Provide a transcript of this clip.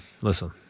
listen